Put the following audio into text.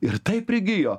ir taip prigijo